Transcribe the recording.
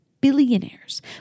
billionaires